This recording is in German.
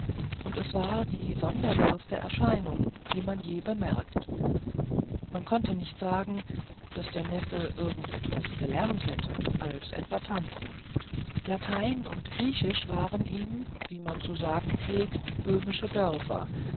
und es war die sonderbarste erscheinung die man je bemerkt man konnte nicht sagen daß der neffe irgend etwas gelernt hätte als etwa tanzen latein und griechisch waren ihm wie man zu sagen pflegt böhmische dörfer